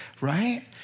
right